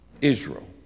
Israel